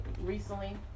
recently